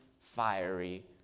fiery